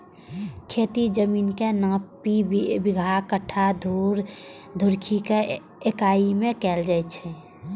खेतीक जमीनक नापी बिगहा, कट्ठा, धूर, धुड़की के इकाइ मे कैल जाए छै